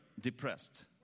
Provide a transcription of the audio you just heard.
depressed